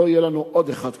לא יהיה לנו עוד אחד כזה.